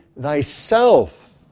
thyself